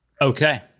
okay